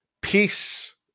Peace